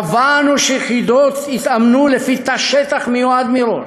קבענו שיחידות יתאמנו לפי תא שטח מיועד מראש,